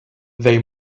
they